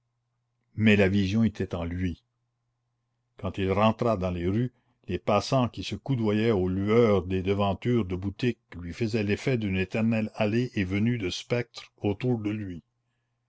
mais la vision était en lui quand il rentra dans les rues les passants qui se coudoyaient aux lueurs des devantures de boutiques lui faisaient l'effet d'une éternelle allée et venue de spectres autour de lui